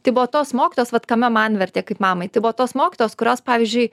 tai buvo tos mokytojos vat kame man vertė kaip mamai tai buvo tos mokytojos kurios pavyzdžiui